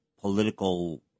political